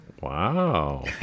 wow